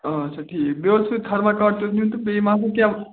آچھا ٹھیٖک بیٚیہِ اوس مےٚ تھٔرمَہ کاٹ تہِ حظ نیُن تہٕ بیٚیہِ مَہ کیٚنٛہہ